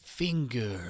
Finger